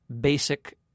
basic